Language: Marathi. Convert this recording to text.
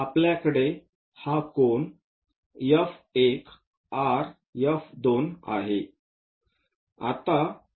आपल्याकडे हा कोन F1 R F2 आहे